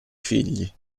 figli